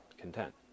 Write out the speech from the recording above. content